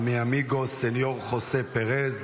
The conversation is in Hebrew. Señor José Pérez,